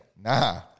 nah